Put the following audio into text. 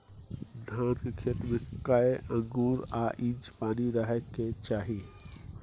धान के खेत में कैए आंगुर आ इंच पानी रहै के चाही?